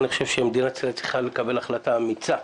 אני חושב שמדינת ישראל צריכה לקבל החלטה אמיצה,